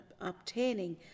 obtaining